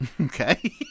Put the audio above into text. Okay